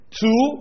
two